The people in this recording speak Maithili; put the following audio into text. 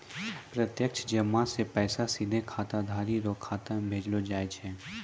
प्रत्यक्ष जमा से पैसा सीधे खाताधारी रो खाता मे भेजलो जाय छै